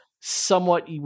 somewhat –